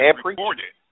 recorded